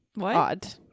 odd